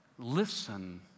Listen